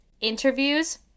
interviews